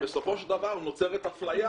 בסופו של דבר נוצרת אפליה.